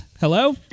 Hello